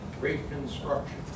reconstruction